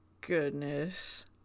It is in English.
goodness